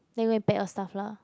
then you go pack your stuff lah